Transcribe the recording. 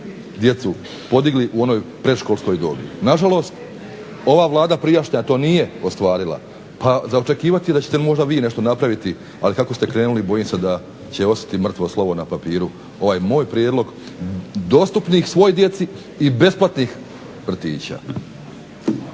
djecu podigli u onoj predškolskoj dobi. Nažalost, ova Vlada prijašnja to nije ostvarila pa za očekivati je da ćete možda vi nešto napraviti, ali kako ste krenuli bojim se da će ostati mrtvo slovo na papiru ovaj moj prijedlog, dostupnih svoj djeci i besplatnih vrtića.